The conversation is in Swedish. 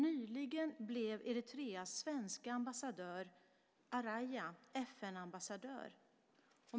Nyligen blev Eritreas svenska ambassadör Araya FN-ambassadör.